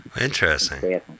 Interesting